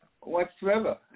whatsoever